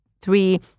three